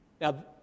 Now